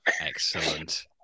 Excellent